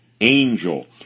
angel